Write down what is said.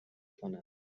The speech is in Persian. کنم